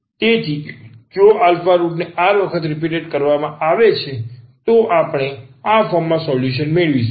તેથી જો રુટ ને r વખત રીપીટેટ કરવામાં આવે છે તો આપણે આ ફોર્મમાં સોલ્યુશન મેળવીશું